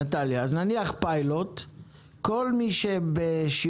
אם כבר, שיהיה